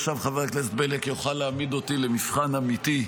עכשיו חבר הכנסת בליאק יוכל להעמיד אותי למבחן אמיתי,